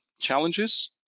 challenges